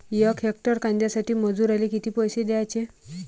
यक हेक्टर कांद्यासाठी मजूराले किती पैसे द्याचे?